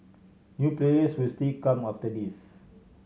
new players will still come after this